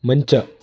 ಮಂಚ